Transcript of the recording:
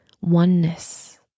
oneness